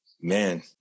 man